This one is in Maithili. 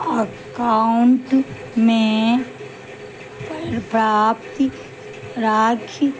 अकाउंटमे पर्याप्त राखी